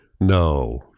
No